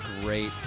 great